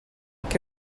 que